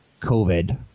COVID